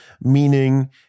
meaning